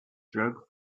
jerk